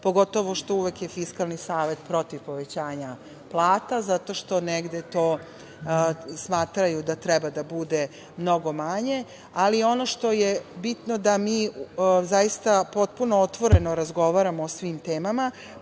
pogotovo što je uvek Fiskalni savet protiv povećanja plata zato što negde to smatraju da treba da bude mnogo manje. Ono što je bitno je da mi zaista potpuno otvoreno razgovaramo o svim temama,